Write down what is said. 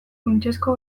funtsezko